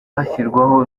hashyirwaho